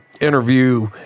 interview